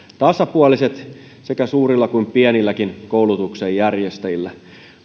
tasapuoliset niin suurilla kuin pienilläkin koulutuksen järjestäjillä